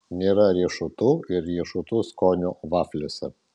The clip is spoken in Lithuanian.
nėra riešutų ir riešutų skonio vafliuose